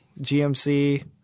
GMC